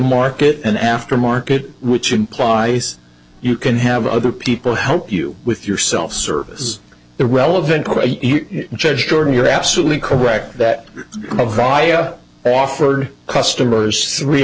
market an after market which implies you can have other people help you with your self service irrelevant judge jordan you're absolutely correct that via offered customers three